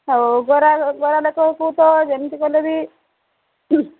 ହଉ ଗରା ଗରା ଲେଖକ ତ ଯେମିତି କଲେ ବି